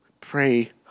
pray